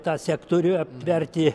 tą sektorių aptverti